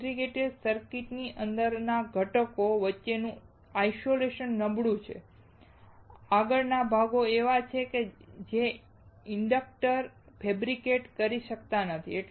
indicator circuit ની અંદરના ઘટકો વચ્ચેનું આઇસોલેશન નબળું છે આગળના ભાગો એવા છે જેમ કે ઇન્ડકટર ફૅબ્રિકેટ કરી શકાતા નથી